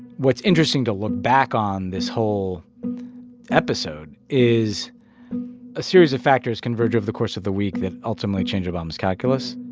what's interesting to look back on this whole episode is a series of factors converge over the course of the week that ultimately change obama's calculus.